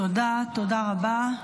תודה רבה.